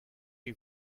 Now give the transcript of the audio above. too